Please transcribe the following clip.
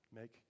Make